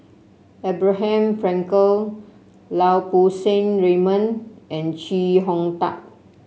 Abraham Frankel Lau Poo Seng Raymond and Chee Hong Tat